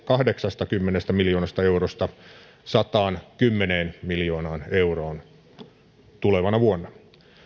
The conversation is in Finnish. kahdeksastakymmenestä miljoonasta eurosta sataankymmeneen miljoonaan euroon tulevana vuonna